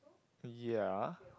ya